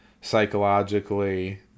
psychologically